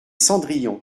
cendrillon